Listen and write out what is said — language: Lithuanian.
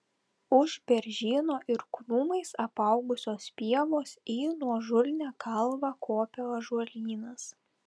už beržyno ir krūmais apaugusios pievos į nuožulnią kalvą kopė ąžuolynas